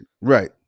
right